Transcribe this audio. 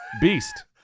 Beast